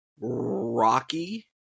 Rocky